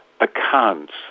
accounts